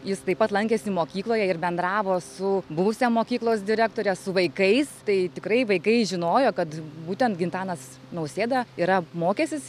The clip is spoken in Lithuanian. jis taip pat lankėsi mokykloje ir bendravo su buvusia mokyklos direktore su vaikais tai tikrai vaikai žinojo kad būtent gitanas nausėda yra mokęsis